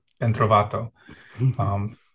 entrovato